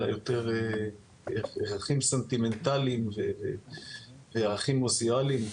אלא יותר ערכים סנטימנטליים וערכים אוסיאלים,